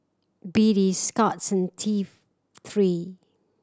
B D Scott's and T Three